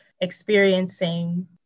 experiencing